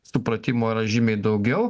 supratimo yra žymiai daugiau